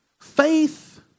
Faith